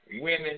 women